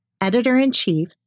Editor-in-Chief